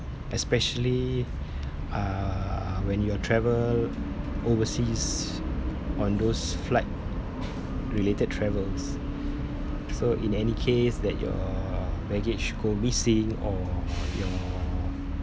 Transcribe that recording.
especially uh when you are travel overseas on those flight related travels so in any case that your baggage go missing or your